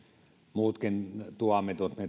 muutkin tuomitut